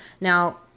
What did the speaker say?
Now